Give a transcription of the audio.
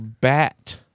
bat